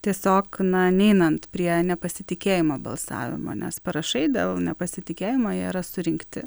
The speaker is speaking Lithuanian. tiesiog na neinant prie nepasitikėjimo balsavimo nes parašai dėl nepasitikėjimo jie yra surinkti